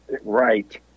Right